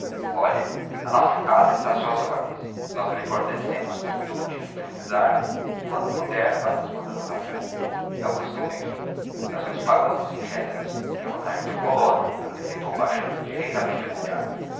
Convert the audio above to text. olhe a nossa casa está ás suas ordens nós lhe fornecemos tudo de que precisar e quando puder vá nos mandando café e o costume aqui nós nos pagamos em géneros o que é uma vantagem para o colono accrescentou baixando ligeiramente o olhar